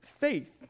faith